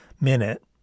minute